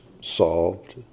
solved